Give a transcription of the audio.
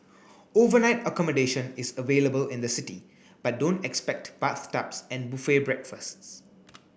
overnight accommodation is available in the city but don't expect bathtubs and buffet breakfasts